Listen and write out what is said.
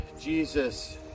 Jesus